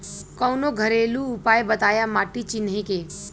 कवनो घरेलू उपाय बताया माटी चिन्हे के?